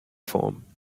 form